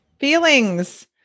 Feelings